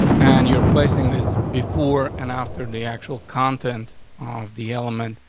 and you're placing this before and after and the actual content off the element,